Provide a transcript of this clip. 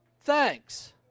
thanks